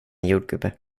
jordgubbe